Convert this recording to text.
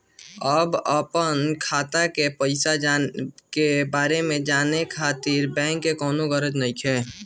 अब अपना खाता के पईसा के बारे में जाने खातिर बैंक जाए के गरज नइखे